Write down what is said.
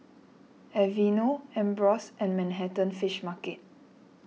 Aveeno Ambros and Manhattan Fish Market